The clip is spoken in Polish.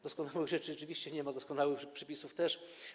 Doskonałych rzeczy oczywiście nie ma, doskonałych przepisów też.